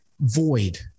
void